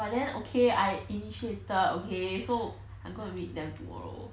but then okay I initiated okay so I'm gonna meet them tomorrow